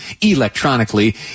electronically